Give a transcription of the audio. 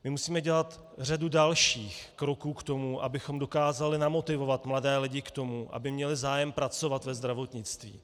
My musíme dělat řadu dalších kroků k tomu, abychom dokázali namotivovat mladé lidi k tomu, aby měli zájem pracovat ve zdravotnictví.